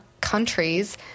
countries